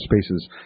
spaces